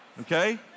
Okay